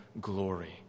glory